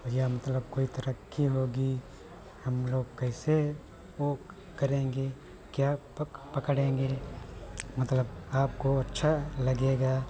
या मतलब कोई तरक्की होगी हमलोग कैसे वह करेंगे क्या पक पकड़ेंगे मतलब आपको अच्छा लगेगा